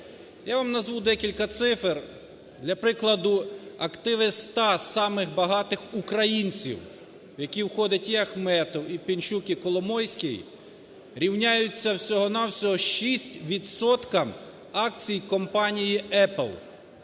Я вам назву декілька цифр для прикладу. Активи 100 самих багатих українців, в які входить і Ахметов, і Пінчук, і Коломойський, рівняються всього-на-всього 6 відсоткам акцій компанії Apple.